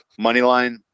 Moneyline